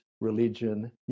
religion